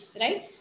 right